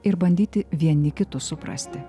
ir bandyti vieni kitus suprasti